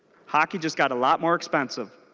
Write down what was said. hockey just got a lot more expensive.